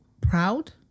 proud